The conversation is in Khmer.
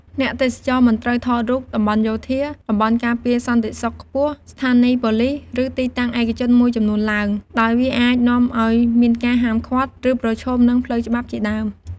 អ្នកទេសចរមិនត្រូវថតរូប តំបន់យោធា តំបន់ការពារសន្តិសុខខ្ពស់ ស្ថានីយ៍ប៉ូលីស ឬទីតាំងឯកជនមួយចំនួនឡើង ដោយវាអាចនាំឲ្យមានការហាមឃាត់ ឬប្រឈមនឹងផ្លូវច្បាប់ជាដើម។